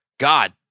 God